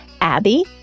Abby